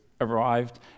arrived